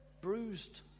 Bruised